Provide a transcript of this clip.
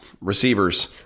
receivers